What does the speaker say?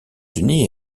unis